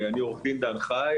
אני עורך דין דן חי,